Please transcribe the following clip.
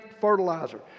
fertilizer